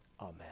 Amen